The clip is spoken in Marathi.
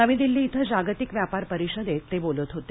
नवी दिल्ली इथं जागतिक व्यापार परिषदेमध्ये ते बोलत होते